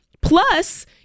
Plus